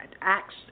acts